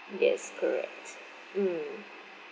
yes correct mm